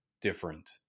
different